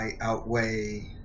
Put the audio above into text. outweigh